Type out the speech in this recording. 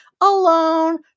alone